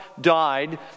died